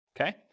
okay